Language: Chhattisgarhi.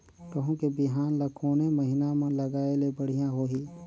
गहूं के बिहान ल कोने महीना म लगाय ले बढ़िया होही?